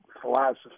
philosophy